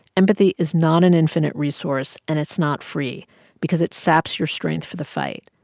empathy is not an infinite resource. and it's not free because it saps your strength for the fight.